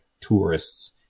tourists